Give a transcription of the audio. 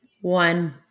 One